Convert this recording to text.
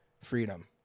freedom